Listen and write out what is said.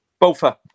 Bofa